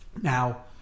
Now